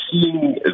seeing